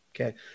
Okay